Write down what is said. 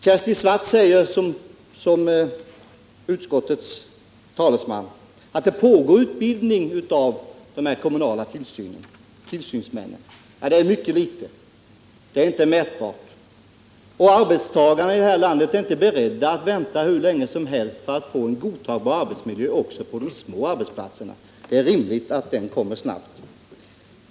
Kersti Swartz säger som utskottets talesman att det pågår utbildning av de kommunala tillsynsmännen. Ja, det är mycket litet — det är inte mätbart. Och arbetstagarna i det här landet är inte beredda att vänta hur länge som helst för att få godtagbar arbetsmiljö också på de små arbetsplatserna. Det är rimligt att den kommer snart.